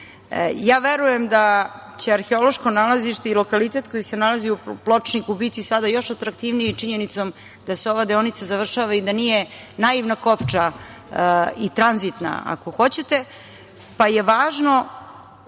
verujem da će arheološko nalazište i lokalitet koji se nalazi u Pločniku biti sada još atraktivniji činjenicom da se ova deonica završava i da nije naivna kopča i tranzitna, ako hoćete, pa je važno